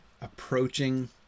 approaching